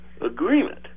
Agreement